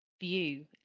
view